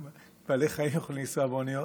גם בעלי חיים יכולים לנסוע באוניות,